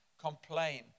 complain